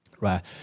right